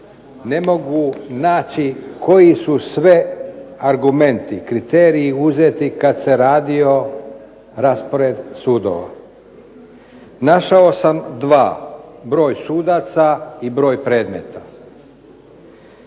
ne mogu naći koji su sve argumenti i kriteriji uzeti kada se radio raspored sudova. Našao sam dva. Broj sudaca i broj predmeta.